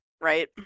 right